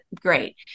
great